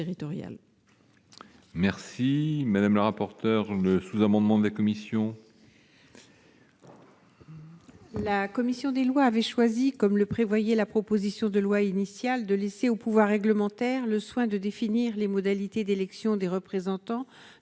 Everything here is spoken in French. Merci madame la rapporteure le sous-amendement de la commission. La commission des Lois avait choisi comme le prévoyait la proposition de loi initial de laisser au pouvoir réglementaire, le soin de définir les modalités d'élection des représentants